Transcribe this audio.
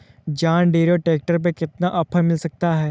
John Deere tractor पर कितना offer मिल सकता है?